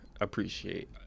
appreciate